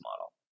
model